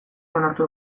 onartu